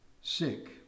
sick